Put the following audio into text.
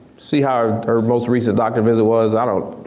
see how her most recent doctor visit was, i don't know,